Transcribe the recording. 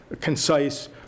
concise